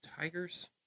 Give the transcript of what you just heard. Tigers